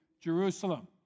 Jerusalem